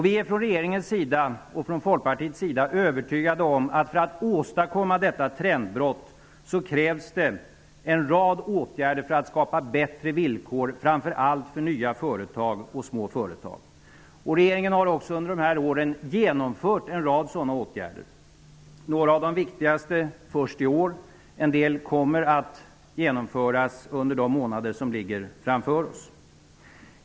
Vi är från regeringens sida och från Folkpartiets sida övertygade om att det för att man skall kunna åstadkomma ett tillräckligt trendbrott krävs en rad åtgärder för att skapa bättre villkor, framför allt för nya företag och små företag. Regeringen har också under de här åren genomfört en rad sådana åtgärder. Några av de viktigaste har genomförts först i år, och en del kommer att genomföras under de månader som ligger framför oss.